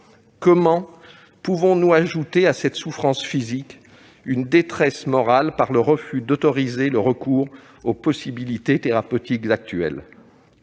Comment pouvons-nous ajouter à cette souffrance physique une détresse morale par le refus d'autoriser le recours aux possibilités thérapeutiques actuelles ?